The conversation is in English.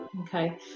Okay